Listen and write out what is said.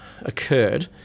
occurred